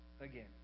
again